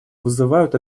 вызывают